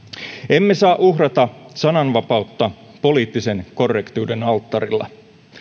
emme saa uhrata sananvapautta poliittisen korrektiuden alttarilla